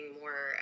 more